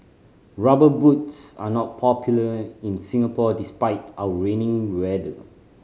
Rubber Boots are not popular in Singapore despite our rainy weather